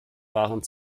waren